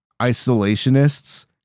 isolationists